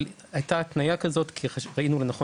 אבל הייתה התניה כזאת כי ראינו לנכון